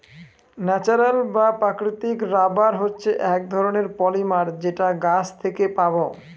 natural বা প্রাকৃতিক rubber হচ্ছে এক রকমের পলিমার যেটা গাছ থেকে পাবো